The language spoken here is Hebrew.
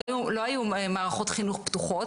לא היו מערכות חינוך פתוחות